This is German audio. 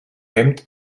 hemd